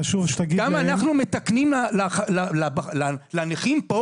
כמה אנחנו מתקנים לנכים פה?